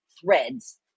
threads